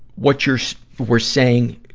what you're, were saying,